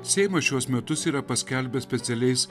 seimas šiuos metus yra paskelbęs specialiais